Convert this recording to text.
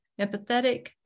empathetic